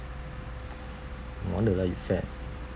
no wonder lah you fat